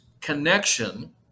connection